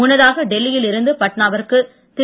முன்னதாக டெல்லியில் இருந்து பட்னாவிற்கு திரு